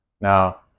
Now